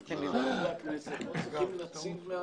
אני חושב שחברי הכנסת לא צריכים נציב מעליהם.